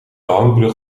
hangbrug